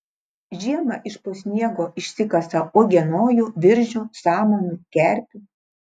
žiemą iš po sniego išsikasa uogienojų viržių samanų kerpių